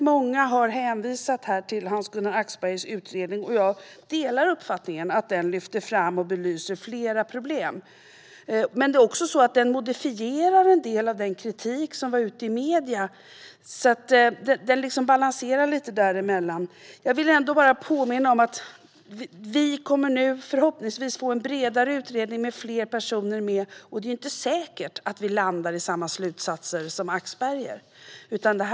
Många har hänvisat till Hans-Gunnar Axbergers utredning. Jag håller med om att den lyfter fram och belyser flera problem. Men den modifierar också en del av den kritik som fanns i medierna. Den balanserar liksom lite däremellan. Jag vill påminna om att vi nu förhoppningsvis kommer att få en bredare utredning som görs av fler personer. Och det är inte säkert att den landar i samma slutsatser som Axberger har gjort.